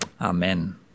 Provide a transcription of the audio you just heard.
Amen